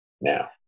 now